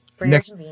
next